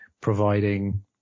providing